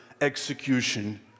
execution